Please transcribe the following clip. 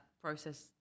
process